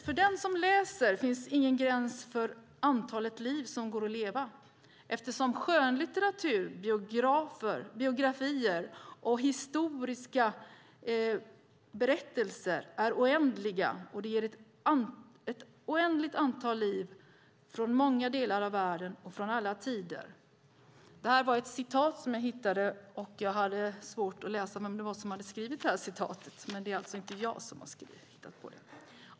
"För den som läser, finns ingen gräns för antalet liv som går att leva, eftersom skönlitteratur, biografier och historiska berättelser erbjuder ett oändligt antal liv från många delar av världen och från alla tider." Detta är ett citat som jag läste. Jag har haft svårt att hitta vem som har skrivit det, men det är alltså inte jag som har hittat på det.